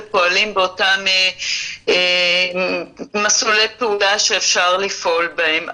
ופועלים באותם מסלולי פעולה שאפשר לפעול בהם.